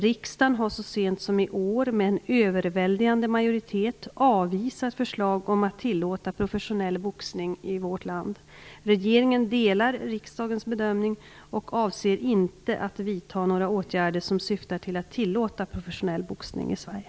Riksdagen har så sent som i år med en överväldigande majoritet avvisat förslag om att tillåta professionell boxning i vårt land. Regeringen delar riksdagens bedömning och avser inte att vidta några åtgärder som syftar till att tillåta professionell boxning i Sverige.